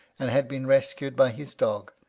and had been rescued by his dog,